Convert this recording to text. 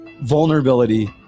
vulnerability